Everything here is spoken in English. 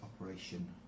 operation